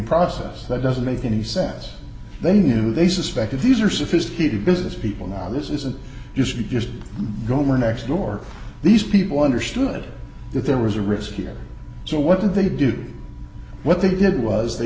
process that doesn't make any sense they knew they suspected these are sophisticated business people now this is and you should just go next door these people understood that there was a risk here so what did they do what they did was they